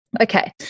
Okay